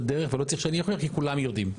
דרך ולא צריך שאני אוכיח כי כולם יודעים,